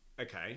okay